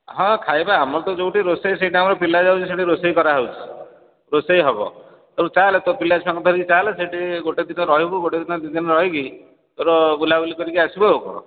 ହଁ ଖାଇବା ଆମର ତ ଯେଉଁଠି ରୋଷେଇ ସେଇଠି ଆମର ପିଲା ଯାଉଛନ୍ତି ସେଇଠି ରୋଷେଇ କରାହେଉଛି ରୋଷେଇ ହେବ ତେଣୁ ଚାଲେ ତୋ ପିଲା ଛୁଆଙ୍କୁ ଧରିକି ଚାଲେ ସେଇଠି ଗୋଟେ ଦିନ ରହିବୁ ଗୋଟେ ଦିନ ଦୁଇ ଦିନ ରହିକି ତୋର ବୁଲାବୁଲି କରିକି ଆସିବୁ ଆଉ କ'ଣ